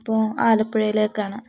ഇപ്പോൾ ആലപ്പുഴയിലേക്കാണ്